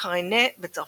– carène בצרפתית,